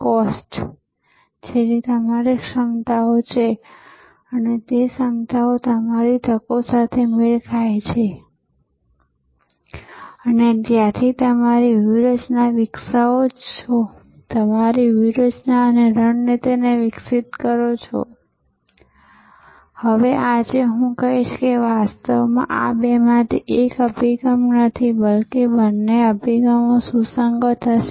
મુંબઈના પ્રખ્યાત ડબ્બાવાલા જેવા ઉદાહરણો છે જે એક અદ્ભુત સેવા નેટવર્ક છે જે ખૂબ ઓછી માહિતી ટેકનોલોજીનો ઉપયોગ કરે છે તેઓ ઉત્તમ માહિતી અને કોડિંગ તકનીકોનો ઉપયોગ કરે છે